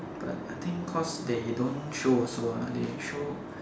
but I think cause they don't show also ah they show